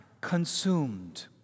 consumed